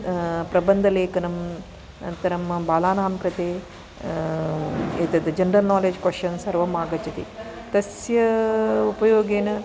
प्रबन्धलेखनम् अनन्तरं बालानां कृते एतद् जेन्रल् नालेड्ज् क्वश्शिन्स् सर्वम् आगच्छति तस्य उपयोगेन